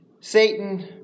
Satan